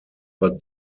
but